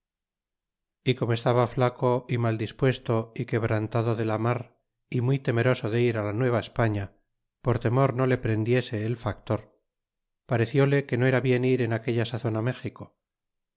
y como estaba fleco y mal dispuesto y quebraatado de la mar y eney temeroso de ir á la nueva españa por temor no le prendiese el factor parecióle que no era bien ir en aquella sazon á méxico